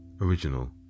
original